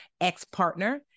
ex-partner